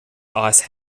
ice